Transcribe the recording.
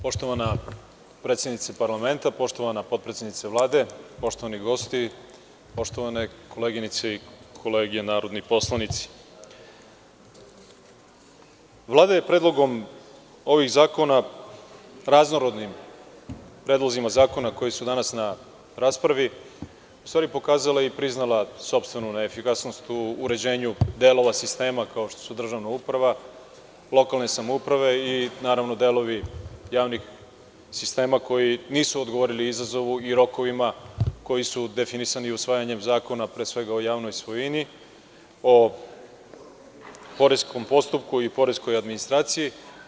Poštovana predsednice parlamenta, poštovana potpredsednice Vlade, poštovani gosti, poštovane koleginice i kolege narodni poslanici, Vlada je predlogom ovih zakona, raznorodnim predlozima zakona koji su danas na raspravi, u stvari pokazala i priznala sopstvenu neefikasnost u uređenju delova sistema kao što su državna uprava, lokalne samouprave i, naravno, delovi javnih sistema koji nisu odgovorili izazovu i rokovima koji su definisani usvajanjem Zakona, pre svega, o javnoj svojini, o poreskom postupku i poreskoj administraciji.